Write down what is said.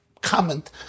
comment